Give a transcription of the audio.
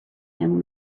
young